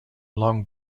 long